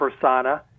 persona